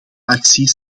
actie